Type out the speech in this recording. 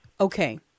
Okay